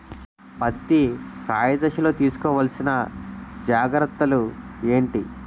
పత్తి కాయ దశ లొ తీసుకోవల్సిన జాగ్రత్తలు ఏంటి?